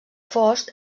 fost